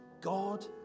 God